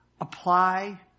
apply